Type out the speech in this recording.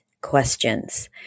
questions